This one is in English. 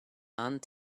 aunt